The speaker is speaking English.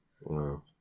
Wow